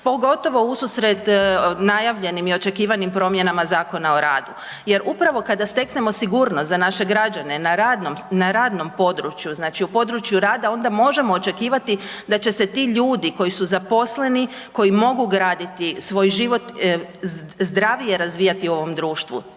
pogotovo ususret najavljenim i očekivanim promjenama Zakona o radu jer upravo kada steknemo sigurnost za naše građane na radnom, na radnom području, znači u području rada onda možemo očekivati da će se ti ljudi koji su zaposleni koji mogu graditi svoj život, zdravije razvijati u ovom društvu.